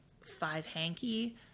five-hanky